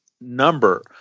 number